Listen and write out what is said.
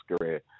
career